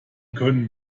können